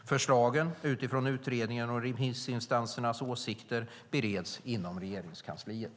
Förslagen, utifrån utredningen och remissinstansernas åsikter, bereds inom regeringskansliet.